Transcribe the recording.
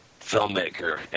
filmmaker